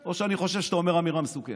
או שאני חושב שאתה אומר אמירה מסוכנת.